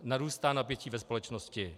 Narůstá napětí ve společnosti.